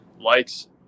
likes